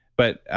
but,